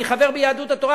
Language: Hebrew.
אני חבר ביהדות התורה,